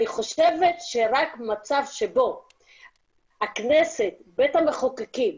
אני חושבת שרק מצב שבו הכנסת, בית המחוקקים,